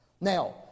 Now